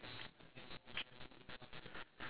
it might just be